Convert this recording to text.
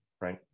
right